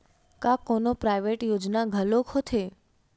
का कोनो प्राइवेट योजना घलोक होथे?